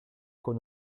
con